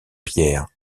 pierre